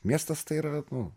miestas tai yra nu